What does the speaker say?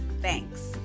Thanks